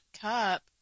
cup